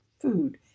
food